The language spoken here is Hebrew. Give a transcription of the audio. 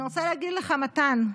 אני רוצה להגיד לך, מתן,